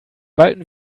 walten